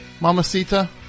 Mamacita